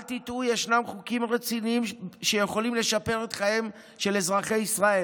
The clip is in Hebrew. גם בכנסות שבאו אחריה.